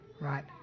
right